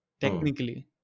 technically